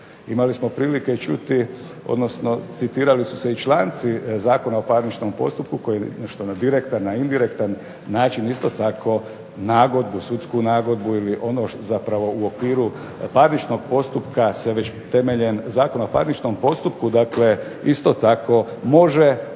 Imali smo prilike čuti, odnosno citirali su se članci Zakon o parničnom postupku koji nešto na direktan, na indirektan način isto tako nagodbu, sudsku nagodbu ili ono u okviru parničnog postupka se već temeljem Zakona o parničnom postupku isto tako može